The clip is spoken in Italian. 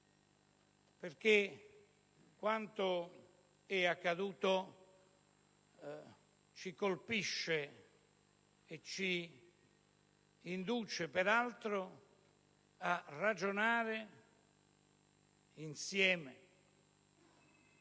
perché quanto è accaduto ci colpisce e ci induce peraltro a ragionare insieme.